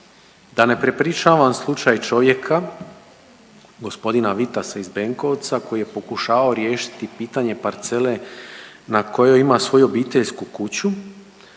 da ne prepričavam slučaj čovjeka, gospodina Vitasa iz Benkovca koji je pokušavao riješiti pitanje parcele na kojoj ima svoju obiteljsku kuću.